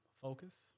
focus